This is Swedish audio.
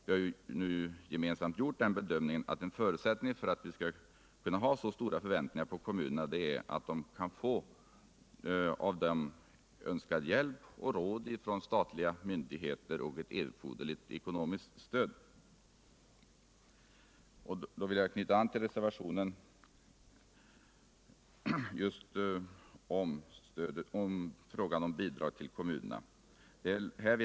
Vi har ju nu gemensamt gjort den bedömningen att en förutsättning för att vi skall kunna ha så stora förväntningar på kommunerna är att de kan få av dem önskad hjälp och råd från statliga myndigheter och ctt erforderligt ekonomiskt stöd. Jag vill knyta an till reservationen beträffande frågan om bidrag till kommunerna.